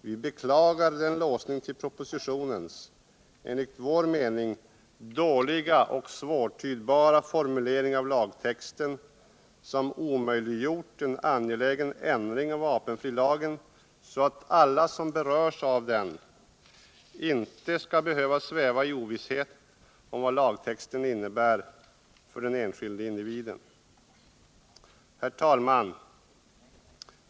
Vi beklagar den låsning till propositionens, enligt vår mening, dåliga och svårtydbara formulering av lagtexten som omöjliggjort en angelägen ändring av vapenfrilagen så att de som berörs av den inte skall behöva sväva i ovisshet om vad lagtexten innebär för den enskilde individen. Herr talman!